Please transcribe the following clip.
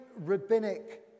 rabbinic